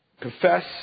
confess